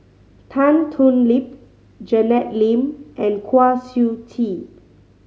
Tan Thoon Lip Janet Lim and Kwa Siew Tee